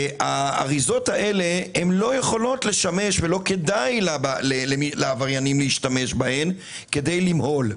האריזות האלה לא יכולות לשמש ולא כדאי לעבריינים להשתמש בהן כדי למהול.